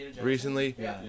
recently